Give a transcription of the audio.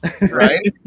Right